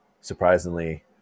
surprisingly